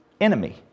enemy